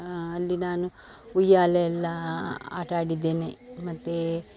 ಅಲ್ಲಿ ನಾನು ಉಯ್ಯಾಲೆ ಎಲ್ಲ ಆಟಾಡಿದ್ದೇನೆ ಮತ್ತು